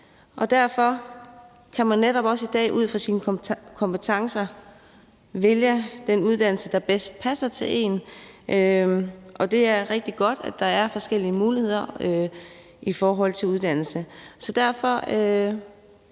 og derfor kan man netop også i dag ud fra sine kompetencer vælge den uddannelse, der bedst passer til en, og det er rigtig godt, at der er forskellige muligheder i forhold til uddannelse.